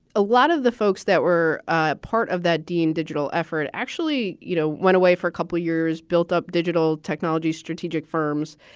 a lot of the folks that were ah part of that dean digital effort actually, you know, went away for a couple of years, built up digital technology, strategic firms,